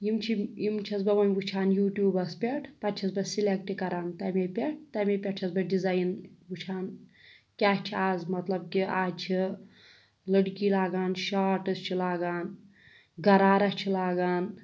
یِم چھِ یِم چھَس بہٕ وۄنۍ وٕچھان یوٗٹیوٗبَس پٮ۪ٹھ پَتہٕ چھَس بہٕ سِلٮ۪کٹ کَران تَمے پٮ۪ٹھ تَمے پٮ۪ٹھ چھَس بہٕ ڈِزاین وٕچھان کیٛاہ چھِ آز مطلب کہِ آز چھِ لٔڑکی لاگان شاٹٕس چھِ لاگان گَرارا چھِ لاگان